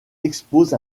expose